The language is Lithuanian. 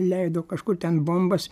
leido kažkur ten bombas